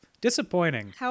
Disappointing